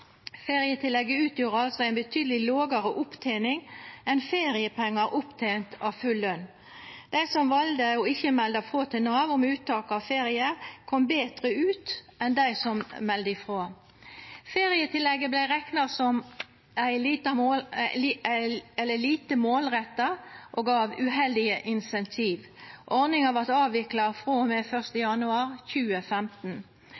Ferietillegget gav betydeleg lågare opptening enn feriepengar opptente av full løn. Dei som valde ikkje å melda ifrå til Nav om uttak av ferie, kom betre ut enn dei som melde ifrå. Ferietillegget vart rekna som lite målretta og gav uheldige insentiv. Ordninga vart avvikla frå og med